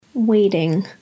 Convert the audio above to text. Waiting